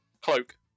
cloak